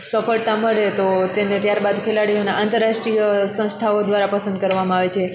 સફળતા મળે તો તેને ત્યારબાદ ખેલાડીઓના આંતર રાષ્ટ્રિય સંસ્થાઓ દ્વારા પસંદ કરવામાં આવે છે